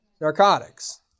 Narcotics